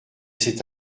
c’est